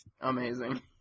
Amazing